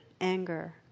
anger